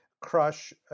crush